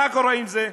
מה קורה עם זה?